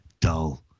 Dull